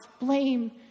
blame